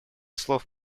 слов